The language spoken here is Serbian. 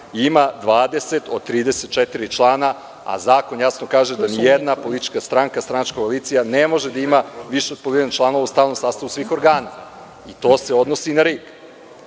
ima 20 od 34 člana, a zakon jasno kaže da nijedna politička stranka, stranačka koalicija, ne može da ima više od polovine članova u stalnom sastavu svih organa. To se odnosi i na